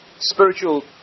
spiritual